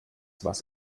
was